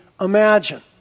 imagine